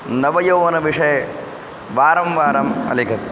नवयौवनविषये वारं वारम् अलिखत्